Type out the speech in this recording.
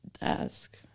desk